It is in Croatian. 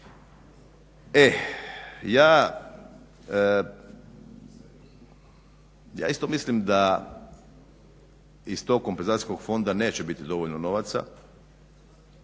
E ja isto mislim da iz tog kompenzacijskog fonda neće biti dovoljno novaca.